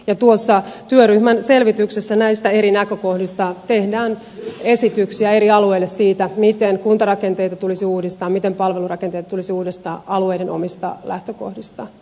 tuossa työryhmän selvityksessä näistä eri näkökohdista tehdään esityksiä eri alueille siitä miten kuntarakenteita tulisi uudistaa miten palvelurakenteita tulisi uudistaa alueiden omista lähtökohdista katsottuna